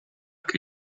che